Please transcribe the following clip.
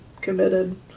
committed